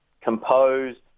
composed